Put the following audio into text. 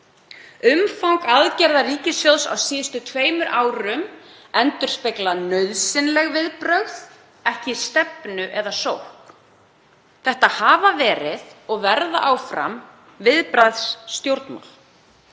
Umfang aðgerða ríkissjóðs á síðustu tveimur árum endurspegla nauðsynleg viðbrögð, ekki stefnu eða sókn. Þetta hafa verið og verða áfram viðbragðsstjórnmál.